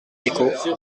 picaud